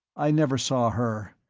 i never saw her.